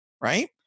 Right